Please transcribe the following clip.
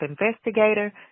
investigator